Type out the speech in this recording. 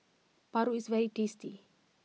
Paru is very tasty